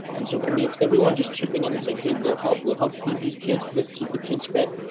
and so for me, it's everyone just chipping in and saying, hey, we'll help. we'll help feed these kids. let's keep the kids fed.